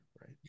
right